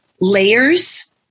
layers